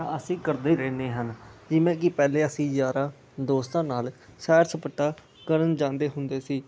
ਅਸੀਂ ਕਰਦੇ ਰਹਿੰਦੇ ਹਨ ਜਿਵੇਂ ਕਿ ਪਹਿਲੇ ਅਸੀਂ ਯਾਰਾਂ ਦੋਸਤਾਂ ਨਾਲ ਸੈਰ ਸਪਾਟਾ ਕਰਨ ਜਾਂਦੇ ਹੁੰਦੇ ਸੀ